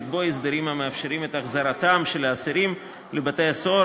ולקבוע הסדרים המאפשרים את החזרתם של האסירים לבתי-הסוהר